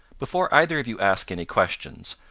before either of you ask any questions,